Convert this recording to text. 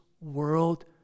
world